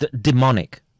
demonic